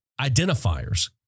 identifiers